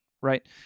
Right